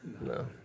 No